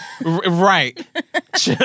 Right